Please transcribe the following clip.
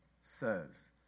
says